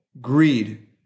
greed